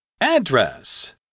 Address